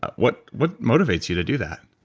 what what motivates you to do that?